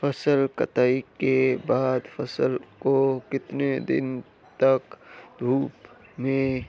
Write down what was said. फसल कटाई के बाद फ़सल को कितने दिन तक धूप में